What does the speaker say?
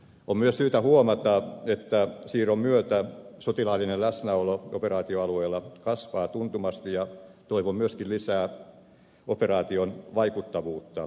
on myös syytä huomata että siirron myötä sotilaallinen läsnäolo operaatioalueella kasvaa tuntuvasti ja toivon mukaan myöskin lisää operaation vaikuttavuutta